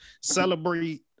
celebrate